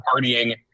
partying